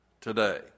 today